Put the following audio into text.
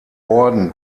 orden